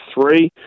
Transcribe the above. three